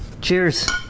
Cheers